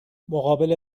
مقابل